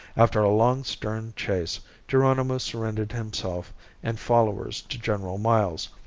after a long, stern chase geronimo surrendered himself and followers to general miles,